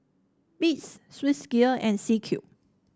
Beats Swissgear and C Cube